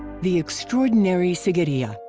the extraordinary sigiriya!